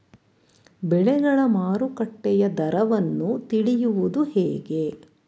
ಬೆಳೆಗಳ ಮಾರುಕಟ್ಟೆಯ ದರವನ್ನು ತಿಳಿಯುವುದು ಹೇಗೆ?